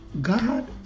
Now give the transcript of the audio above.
God